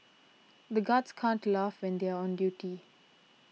the guards can't to laugh when they are on duty